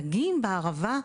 דגים בערבה,